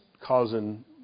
causing